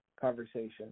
conversation